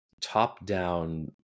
top-down